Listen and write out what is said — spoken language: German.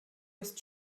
ist